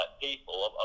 people